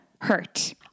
hurt